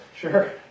Sure